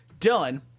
Dylan